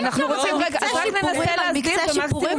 אי אפשר לעשות מקצה שיפורים על מקצה שיפורים,